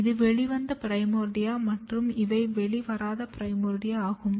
இது வெளிவந்த பிரைமோர்டியா மற்றும் இவை வெளிவராத பிரைமோர்டியா ஆகும்